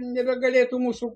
nebegalėtų mūsų